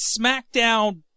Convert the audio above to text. Smackdown